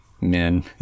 men